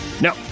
No